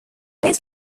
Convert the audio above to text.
these